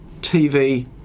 TV